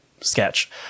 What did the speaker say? sketch